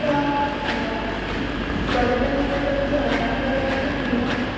ତ ପର୍ଯ୍ୟଟକ ମାନଙ୍କୁ ଏମିତି ହଇରାଣ କରିବା କଥା ନୁହେଁ